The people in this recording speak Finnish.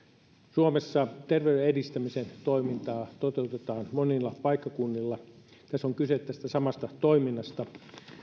suomessa terveyden edistämisen toimintaa toteutetaan monilla paikkakunnilla tässä on kyse tästä samasta toiminnasta